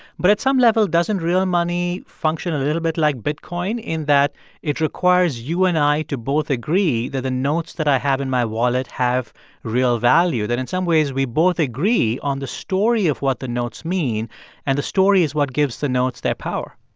but at some level, doesn't real money function a little bit like bitcoin in that it requires you and i to both agree that the notes that i have in my wallet have real value, that in some ways we both agree on the story of what the notes mean and the story is what gives the notes their power?